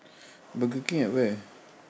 burger king at where